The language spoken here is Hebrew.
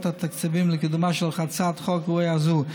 התקציביים לקידומה של הצעת חוק ראויה זו.